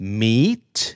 meet